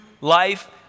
life